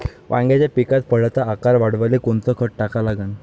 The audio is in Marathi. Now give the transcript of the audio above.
वांग्याच्या पिकात फळाचा आकार वाढवाले कोनचं खत टाका लागन?